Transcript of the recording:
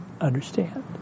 understand